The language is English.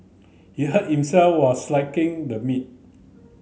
he hurt himself while slicing the meat